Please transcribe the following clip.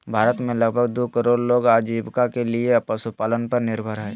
भारत में लगभग दू करोड़ लोग आजीविका के लिये पशुपालन पर निर्भर हइ